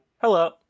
Hello